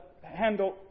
handle